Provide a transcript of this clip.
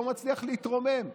לא מצליח להתרומם.